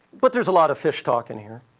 but there's a lot of fish talk in here.